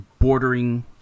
bordering